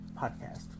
podcast